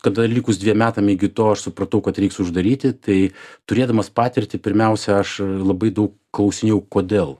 tada likus dviem metam iki to aš supratau kad reiks uždaryti tai turėdamas patirtį pirmiausia aš labai daug klausinėjau kodėl